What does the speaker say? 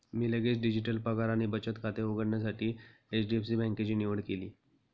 मी लगेच डिजिटल पगार आणि बचत खाते उघडण्यासाठी एच.डी.एफ.सी बँकेची निवड केली